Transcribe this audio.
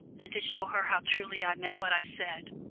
and to show her how truly i meant what i said,